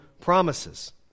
promises